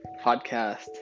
Podcast